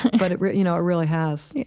but it really you know ah really has yeah